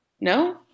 No